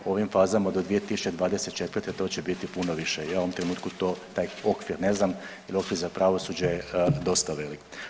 U ovim fazama do 2024. to će biti puno više, ja u ovom trenutku to, taj okvir ne znam jer za pravosuđe je dosta velik.